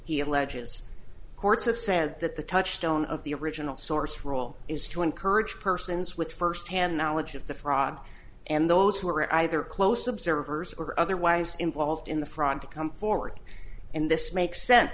alleges courts have said that the touchstone of the original source role is to encourage persons with firsthand knowledge of the fraud and those who are either close observers or otherwise involved in the fraud to come forward and this makes sense